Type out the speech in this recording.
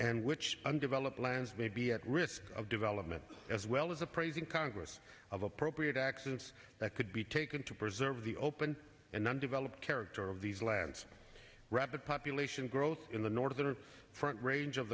and which undeveloped lands may be at risk of development as well as a praising congress of appropriate accidents that could be taken to preserve the open and then develop character of these lands rapid population growth in the northern front range of